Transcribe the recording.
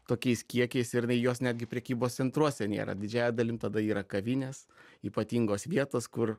tokiais kiekiais ir jinai jos netgi prekybos centruose nėra didžiąja dalim tada yra kavinės ypatingos vietos kur